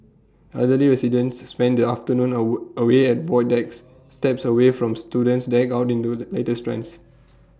elderly residents spend their afternoon A wood away at void decks steps away from students decked out in do the latest trends